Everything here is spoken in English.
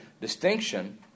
distinction